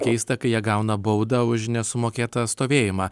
keista kai jie gauna baudą už nesumokėtą stovėjimą